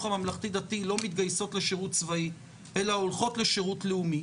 הממלכתי-דתי לא מתגייסות לשירות צבאי אלא הולכות לשירות לאומי,